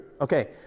Okay